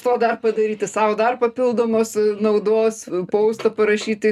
to dar padaryti sau dar papildomos naudos paustą parašyti